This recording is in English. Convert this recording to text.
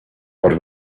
but